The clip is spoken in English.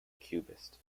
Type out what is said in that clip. cubist